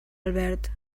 albert